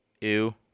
ew